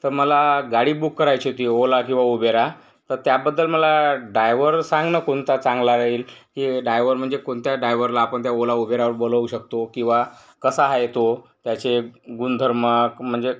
तर मला गाडी बुक करायची होती ओला किंवा उबेरा तर त्याबद्दल मला डायव्हर सांग ना कोणता चांगला राहील की डायव्हर म्हणजे कोणत्या डायव्हरला आपण त्या ओला उबेरला बोलवू शकतो किंवा कसा आहे तो त्याचे गुणधर्म म्हणजे